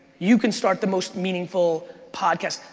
you can start the most meaningful podcast.